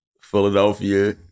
Philadelphia